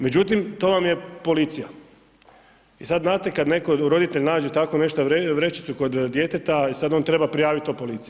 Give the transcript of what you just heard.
Međutim, to vam je policija i sad znate kad netko, roditelj nađe tako nešto, vrećicu kod djeteta i sad on treba prijavit to policiji.